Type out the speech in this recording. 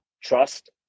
trust